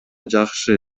жакшы